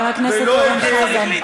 חבר הכנסת אורן חזן.